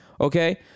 Okay